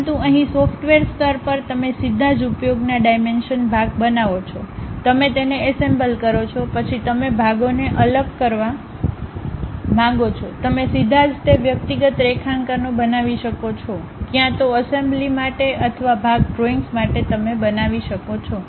પરંતુ અહીં સોફ્ટવેર સ્તર પર તમે સીધા જ ઉપયોગના ડાઇમેંશનભાગ બનાવે છે તમે તેને એસેમ્બલ કરો છો પછી તમે ભાગોને અલગ કરવા માંગો છો તમે સીધા જ તે વ્યક્તિગત રેખાંકનો બનાવી શકો છો ક્યાં તો એસેમ્બલી માટે અથવા ભાગ ડ્રોઇંગ્સ માટે તમે બનાવી શકો છો